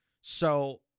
So-